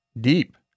deep